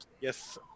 Yes